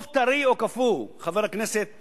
עוף טרי או קפוא, חבר הכנסת פיניאן,